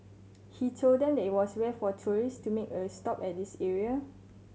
he told them that it was rare for tourist to make a stop at this area